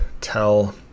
tell